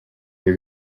bihe